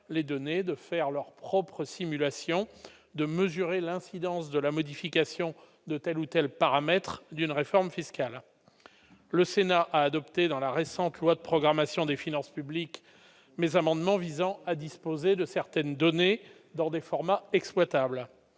les données de faire leurs propres simulations de mesurer l'incidence de la modification de telle ou telle paramètres d'une réforme fiscale, le Sénat a adopté dans la récente loi de programmation des finances publiques, mais un amendement visant à disposer de certaines données dans des formats exploitables,